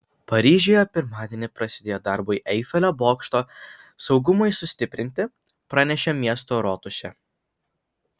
paryžiuje pirmadienį prasidėjo darbai eifelio bokšto saugumui sustiprinti pranešė miesto rotušė